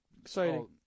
exciting